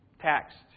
Taxed